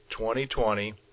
2020